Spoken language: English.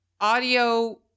Audio